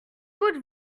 route